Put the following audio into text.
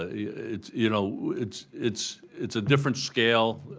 ah it's you know it's it's it's a different scale,